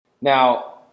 Now